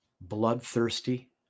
bloodthirsty